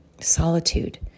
solitude